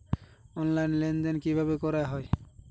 Online লেনদেন কিভাবে করা হয়?